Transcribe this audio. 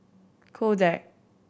Kodak